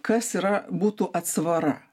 kas yra būtų atsvara